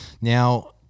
now